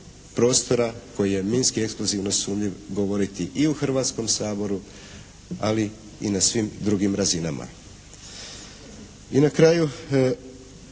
prostora koji je minski-eksplozivno sumnjiv govoriti u Hrvatskom saboru, ali i na svim drugim razinama. I na kraju